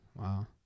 Wow